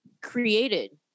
created